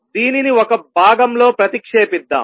దీనిని ఒక భాగంలో ప్రతిక్షేపిద్దాం